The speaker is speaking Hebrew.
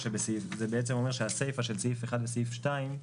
זה אומר שהסיפה של סעיף (1) וסעיף (2)